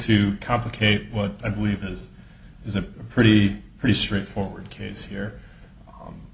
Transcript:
to complicate what i believe is is a pretty pretty straightforward case here